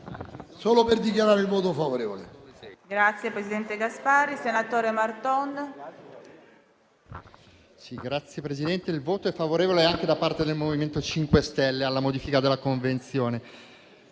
per dichiarare il voto favorevole